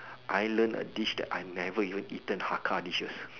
I learn a dish that I never even eaten Hakka dishes